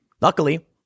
Luckily